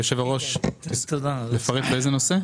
יושב-הראש, לפרט באיזה נושא?